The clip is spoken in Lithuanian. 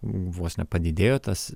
vos nepadidėjo tas